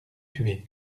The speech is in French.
tué